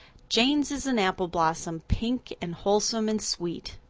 jane's is an apple blossom, pink and wholesome and sweet.